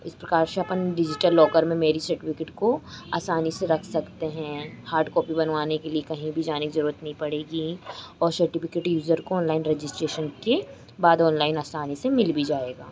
इस प्रकार से अपन डिजिटल लॉकर में मेरिज सर्टिफ़िकेट को आसानी से रख सकते हैं हार्ड कॉपी बनवाने के लिए कहीं भी जाने की ज़रूरत नहीं पड़ेगी और शर्टिफ़िकेट यूज़र को ऑनलाइन रजिस्ट्रेशन के बाद ऑनलाइन आसानी से मिल भी जाएगा